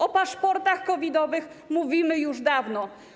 O paszportach COVID-owych mówimy już dawno.